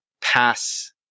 pass